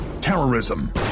terrorism